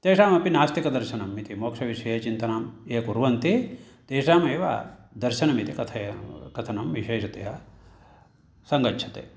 तेषामपि नास्तिकदर्शनम् इति मोक्षविषये चिन्तनं ये कुर्वन्ति तेषामेव दर्शनमिति कथयाम कथनं विशेषतया सङ्गच्छते